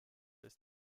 ist